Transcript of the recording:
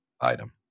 item